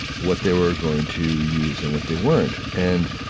what they were going to use and what they weren't and